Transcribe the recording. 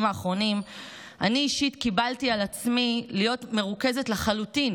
האחרונים אני אישית קיבלתי על עצמי להיות מרוכזת לחלוטין